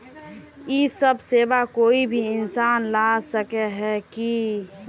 इ सब सेवा कोई भी इंसान ला सके है की?